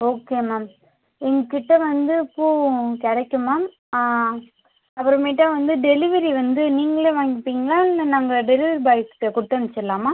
okay ma'am எங்ககிட்ட வந்து பூ கிடைக்கும் மேம் அப்பறமேட்டு வந்து டெலிவரி வந்து நீங்களே வாங்கிப்பீங்களா இல்லை நாங்கள் டெலிவரி பாய்ஸுகிட்ட கொடுத்து அனுப்பிச்சிடுலாமா